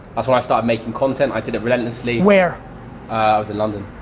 that's when i started making content, i did it relentlessly. where? ah, i was in london.